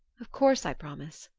of course i promise.